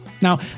Now